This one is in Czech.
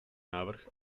návrh